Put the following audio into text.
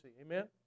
amen